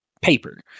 paper